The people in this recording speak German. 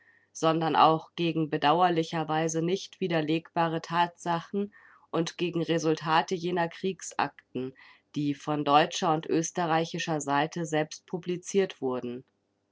sondern auch gegen bedauerlicherweise nicht widerlegbare tatsachen und gegen resultate jener kriegsakten die von deutscher und österreichischer seite selbst publiziert wurden